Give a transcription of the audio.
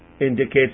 Indicates